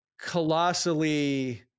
colossally